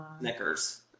knickers